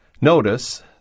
Notice